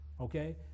okay